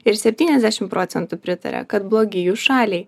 ir septyniasdešimt procentų pritaria kad blogi jų šaliai